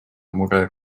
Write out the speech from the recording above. mure